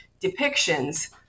depictions